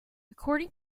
according